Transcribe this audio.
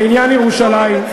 בעניין ירושלים,